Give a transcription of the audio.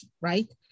right